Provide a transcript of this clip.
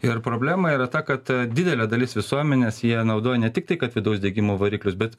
ir problema yra ta kad didelė dalis visuomenės jie naudoja ne tik tai kad vidaus degimo variklius bet